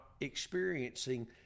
experiencing